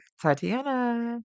Tatiana